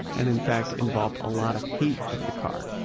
and, in fact, involved a lot of hate of the car.